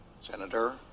Senator